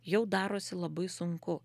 jau darosi labai sunku